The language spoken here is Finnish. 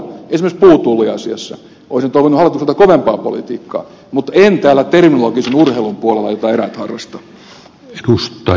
esimerkiksi puutulliasiassa olisin toivonut hallitukselta kovempaa politiikkaa mutta en täällä terminologisen urheilun puolella jota eräät harrastavat